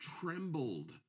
trembled